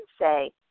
say